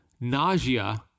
nausea